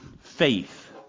faith